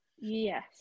Yes